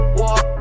walk